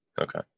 okay